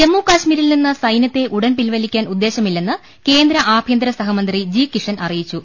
ജമ്മു കശ്മീരിൽ നിന്ന് സൈന്യത്തെ ഉടൻ പിൻവലിക്കാൻ ഉദ്ദേശ്യമില്ലെന്ന് കേന്ദ്രആഭ്യന്തരസഹമന്ത്രി ജി കിഷൻ അറിയി ച്ചു